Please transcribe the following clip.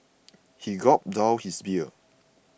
he gulped down his beer